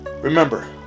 remember